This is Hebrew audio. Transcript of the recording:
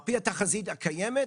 על פי התחזית הקיימת,